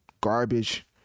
garbage